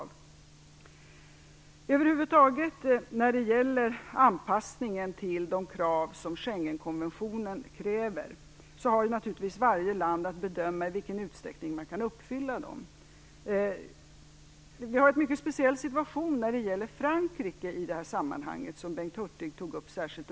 Vad över huvud taget gäller anpassningen till Schengenkonventionens krav har naturligtvis varje land att bedöma i vilken utsträckning man kan uppfylla dessa krav. Vi har i detta sammanhang en mycket speciell situation i Frankrike, som Bengt Hurtig tog upp.